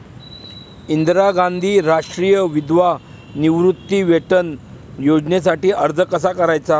इंदिरा गांधी राष्ट्रीय विधवा निवृत्तीवेतन योजनेसाठी अर्ज कसा करायचा?